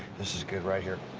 this is good right here.